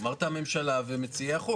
אמרת הממשלה ומציעי החוק.